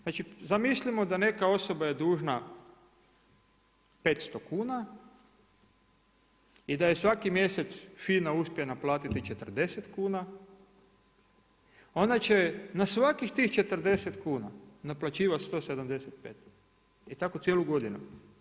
Znači zamislimo da neka osoba je dužna 500 kuna i da svaki mjesec FINA uspije naplatiti 40 kuna, ona će na svakih tih 40 kuna naplaćivati 175 i tako cijelu godinu.